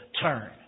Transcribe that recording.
turn